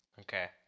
Okay